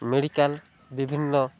medical ବିଭିନ୍ନ